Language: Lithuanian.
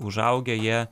užaugę jie